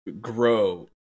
grow